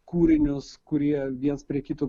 kūrinius kurie viens prie kito